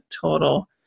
total